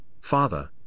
Father